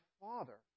father